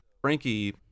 frankie